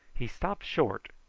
he stopped short,